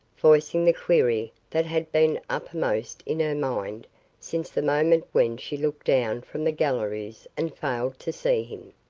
voicing the query that had been uppermost in her mind since the moment when she looked down from the galleries and failed to see him.